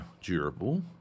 durable